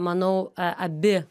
manau a abi